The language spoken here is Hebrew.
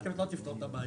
אחרת לא תפתור את הבעיה.